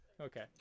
okay